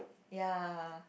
ya